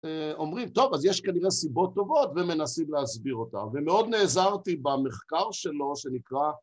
אומרים טוב אז יש כנראה סיבות טובות ומנסים להסביר אותן ומאוד נעזרתי במחקר שלו שנקרא